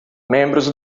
membros